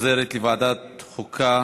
חוזרת לוועדת החוקה,